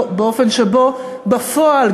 באופן שבו בפועל,